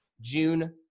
June